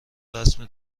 رسم